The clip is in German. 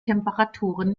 temperaturen